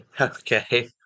Okay